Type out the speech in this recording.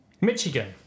Michigan